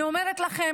אני אומרת לכם,